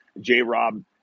J-Rob